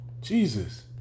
Jesus